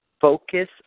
focus